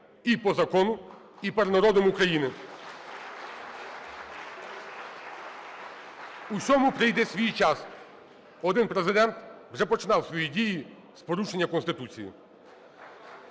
і по закону, і перед народом України. Усьому прийде свій час, один Президент вже починав свої дії з порушення Конституції.